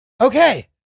Okay